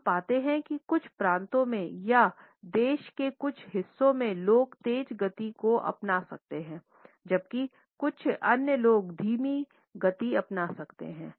हम पाते हैं कि कुछ प्रांतों में या के कुछ हिस्सों में देश के लोग तेज गति को अपना सकते हैं जबकि कुछ अन्य लोग धीमी गति अपना सकते हैं